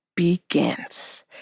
begins